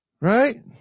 Right